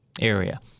area